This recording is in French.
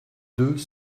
deux